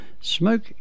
Smoke